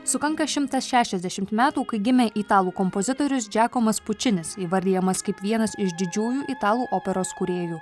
sukanka šimtas šešiasdešimt metų kai gimė italų kompozitorius džekomas pučinis įvardijamas kaip vienas iš didžiųjų italų operos kūrėjų